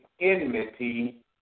enmity